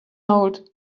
old